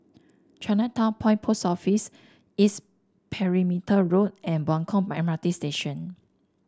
Chinatown Point Post Office East Perimeter Road and Buangkok M R T Station